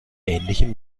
ähnlichem